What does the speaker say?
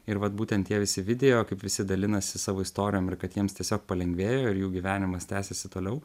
ir vat būtent tie visi video kaip visi dalinasi savo istorijom ir kad jiems tiesiog palengvėjo ir jų gyvenimas tęsiasi toliau